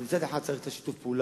אז מצד אחד צריך את שיתוף הפעולה